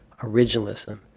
originalism